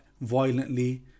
violently